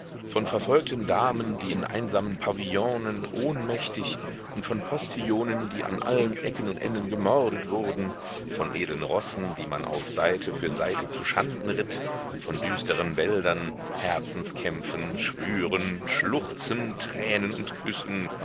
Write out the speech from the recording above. von verfolgten damen die in einsamen pavillonen ohnmächtig und von postillionen die an allen ecken und enden gemordet wurden von edlen rossen die man auf seite für seite zuschanden ritt von düsteren wäldern herzenskämpfen schwüren schluchzen tränen und küssen